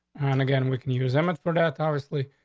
and again we can use them for that, obviously.